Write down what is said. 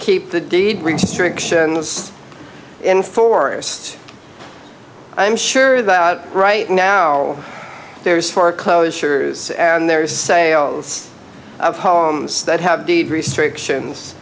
keep the deed restrictions in forests i'm sure that out right now there's foreclosures and there is sales of homes that have deed restrictions